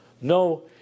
No